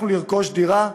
לרכוש דירה.